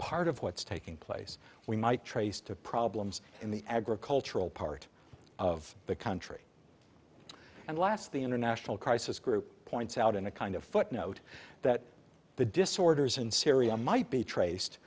part of what's taking place we might trace to problems in the agricultural part of the country and last the international crisis group points out in a kind of footnote that the disorders in syria might be traced